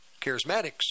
charismatics